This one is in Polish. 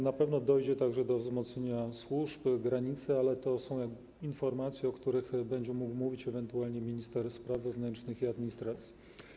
Na pewno dojdzie także do wzmocnienia służb, granicy, ale to są kwestie, o których będzie mógł mówić ewentualnie minister spraw wewnętrznych i administracji.